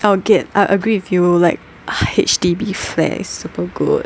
I will get I agree with you like H_D_B flats is super good